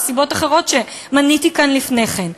או סיבות אחרות שמניתי כאן לפני כן.